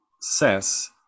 says